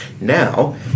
Now